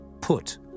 Put